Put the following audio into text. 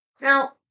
Now